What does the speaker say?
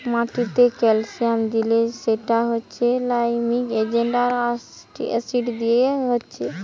মাটিতে ক্যালসিয়াম দিলে সেটা হচ্ছে লাইমিং এজেন্ট আর অ্যাসিড দিলে হচ্ছে